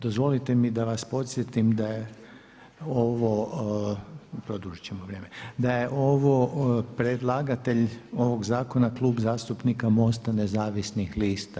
Dozvolite mi da vas podsjetim da je ovo, produžiti ćemo vrijeme, da je ovo predlagatelj ovog zakona Klub zastupnika MOST-a Nezavisnih lista.